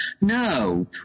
No